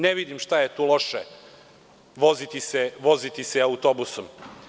Ne vidim šta je tu loše, voziti se autobusom.